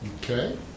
Okay